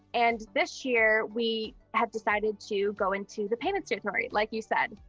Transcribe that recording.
and this year we have decided to go into the payments solutory like you said,